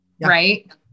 right